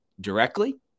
directly